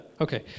okay